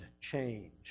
change